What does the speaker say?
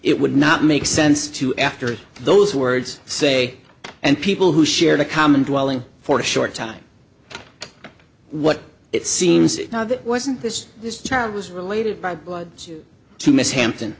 it would not make sense to after those words say and people who shared a common dwelling for a short time what it seems now that wasn't this this child was related by blood to miss hampton